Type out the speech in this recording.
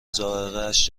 ذائقهاش